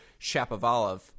Shapovalov